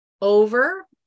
over